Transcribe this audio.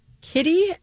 Kitty